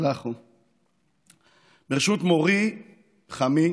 שלך הוא, ברשות מורי חמי